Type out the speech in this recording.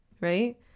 right